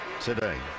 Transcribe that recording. today